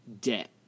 debt